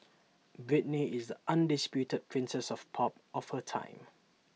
Britney is the undisputed princess of pop of her time